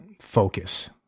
focus